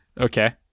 Okay